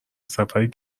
سفری